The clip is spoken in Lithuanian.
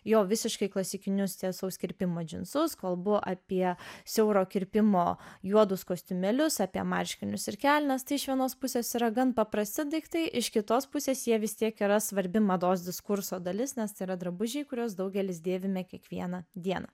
jo visiškai klasikinius tiesaus kirpimo džinsus kalbu apie siauro kirpimo juodus kostiumėlius apie marškinius ir kelnes tai iš vienos pusės yra gan paprasti daiktai iš kitos pusės jie vis tiek yra svarbi mados diskurso dalis nes tai yra drabužiai kuriuos daugelis dėvime kiekvieną dieną